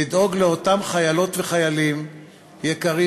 לדאוג לאותם חיילות וחיילים יקרים,